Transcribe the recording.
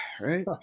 right